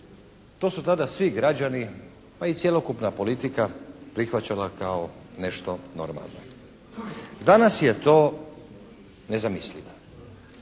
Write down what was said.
to su tada svi građani, pa i cjelokupna politika prihvaćala kao nešto normalno. Danas je to nezamislivo,